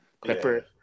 Clipper